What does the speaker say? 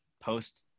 post